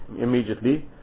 immediately